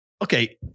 Okay